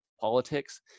politics